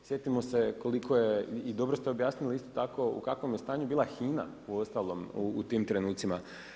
Sjetimo se koliko je i dobro ste objasnili isto tako u kakvom je stanju bila HINA, uostalom u tim trenucima.